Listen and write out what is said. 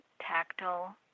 tactile